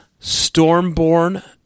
Stormborn